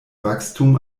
wachstum